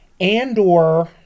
Andor